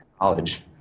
college